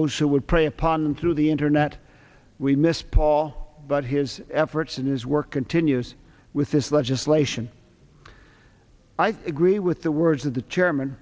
who would prey upon them through the internet we miss paul but his efforts and his work continues with this legislation i agree with the words of the chairman